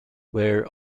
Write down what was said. where